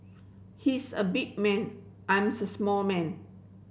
he is a big man I am small man